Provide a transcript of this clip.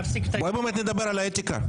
בואי באמת לדבר על האתיקה.